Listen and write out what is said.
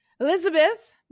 Elizabeth